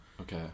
Okay